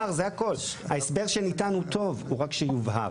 ההסבר שניתן הוא טוב, רק שיובהר.